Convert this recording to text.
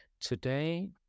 Today